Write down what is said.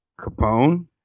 Capone